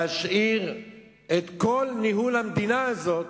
להשאיר את כל ניהול המדינה הזאת